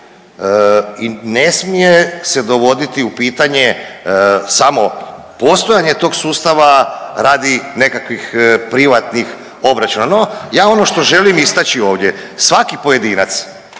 i ne smije se dovoditi u pitanje samo postojanje tog sustava radi nekakvih privatnih obračuna. No, ja ono što želim istaći ovdje, svaki pojedinac